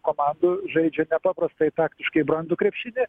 komandų žaidžia nepaprastai taktiškai brandų krepšinį